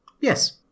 Yes